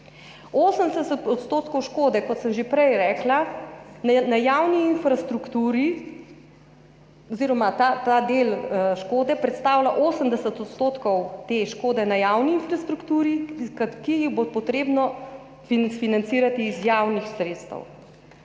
80 % škode, kot sem že prej rekla, na javni infrastrukturi oziroma ta del škode predstavlja 80 % te škode na javni infrastrukturi, ki jo bo treba financirati iz javnih sredstev.